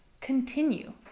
continue